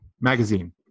magazine